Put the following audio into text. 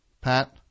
Pat